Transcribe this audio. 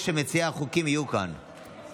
נעבור